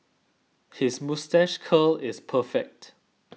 his moustache curl is perfect